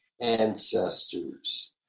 ancestors